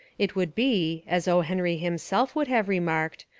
it would be, as o. henry himself would have remarked,